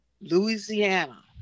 Louisiana